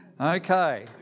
Okay